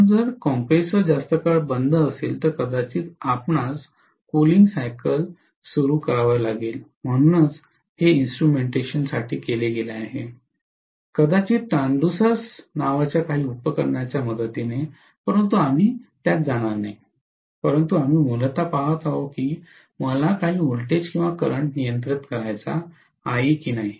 म्हणून जर कॉम्प्रेसर जास्त काळ बंद असेल तर कदाचित आपणास कूलिंग सायकल सुरू करावे लागेल म्हणूनच हे इन्स्ट्रुमेंटेशन केले गेले आहे कदाचित ट्रान्सड्यूसर नावाच्या काही उपकरणाच्या मदतीने परंतु आम्ही त्यात जाणार नाही परंतु आम्ही मूलत पहात आहोत की मला काही व्होल्टेज किंवा करंट नियंत्रित करायचा की नाही